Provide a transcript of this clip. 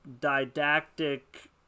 didactic